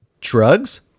Drugs